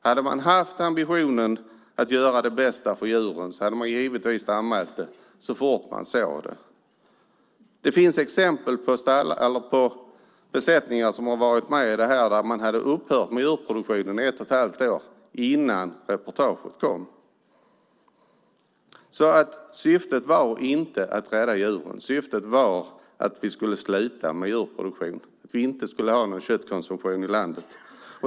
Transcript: Hade man haft ambitionen att göra det bästa för djuren hade man givetvis anmält detta så fort man såg det. Det finns exempel på besättningar som har varit med i detta men som hade upphört med djurproduktionen ett och ett halvt år innan reportaget kom. Syftet var alltså inte att rädda djuren. Syftet var att vi skulle sluta med djurproduktion och att vi inte skulle ha någon köttkonsumtion i landet.